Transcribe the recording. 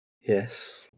yes